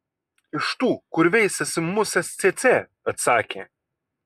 iš tų kur veisiasi musės cėcė atsakė